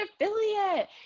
affiliate